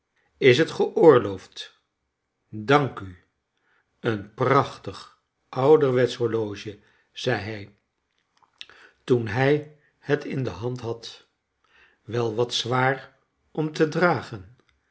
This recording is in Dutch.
is het geoorloofd dank u een prachtig ouderwetsch horloge zei hij toen hij het in de hand had wel wat zwaar om te dragen